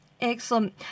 Excellent